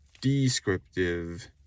descriptive